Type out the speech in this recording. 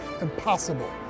impossible